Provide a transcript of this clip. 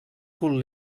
cul